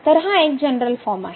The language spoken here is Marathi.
तर हा एक जनरल फॉर्म आहे